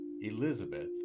Elizabeth